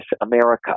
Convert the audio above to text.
America